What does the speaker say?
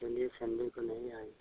चलिए संडे को नहीं आएँगे